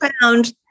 found